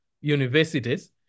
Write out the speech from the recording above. universities